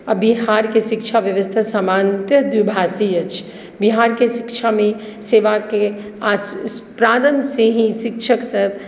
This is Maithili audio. आ बिहारके शिक्षा व्यवस्था सामान्यतः बहुभाषीय अछि बिहारके शिक्षामे सेवाके प्रारम्भसँ ही शिक्षकसभ